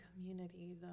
community